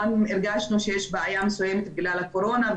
גם הרגשנו שיש בעיה מסוימת בגלל הקורונה,